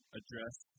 address